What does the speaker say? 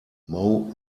mow